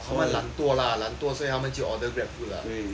他们懒惰啦懒惰所以他们就 order GrabFood lah